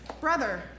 Brother